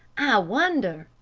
wonder